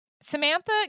Samantha